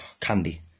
Candy